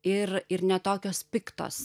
ir ir ne tokios piktos